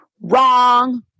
Wrong